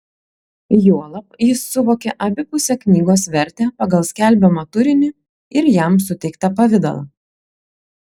juolab jis suvokė abipusę knygos vertę pagal skelbiamą turinį ir jam suteiktą pavidalą